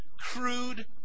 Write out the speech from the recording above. crude